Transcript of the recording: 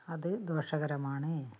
അത് ദോഷകരമാണ്